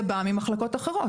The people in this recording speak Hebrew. זה בא ממחלקות אחרות.